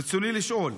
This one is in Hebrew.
רצוני לשאול: